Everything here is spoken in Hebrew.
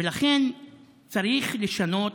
ולכן צריך לשנות